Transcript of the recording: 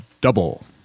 double